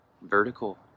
vertical